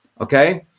Okay